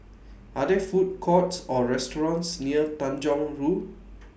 Are There Food Courts Or restaurants near Tanjong Rhu